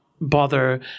bother